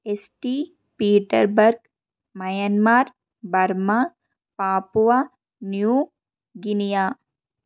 yes T Petersburg Myanmar Burma Papua New గునియా